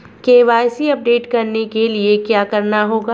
KYC update करने के लिए क्या करना होगा?